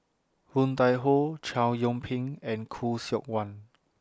Woon Tai Ho Chow Yian Ping and Khoo Seok Wan